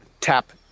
tap